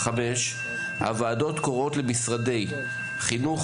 הוועדות קוראות למשרדי חינוך,